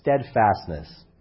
steadfastness